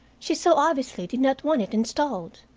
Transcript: she so obviously did not want it installed.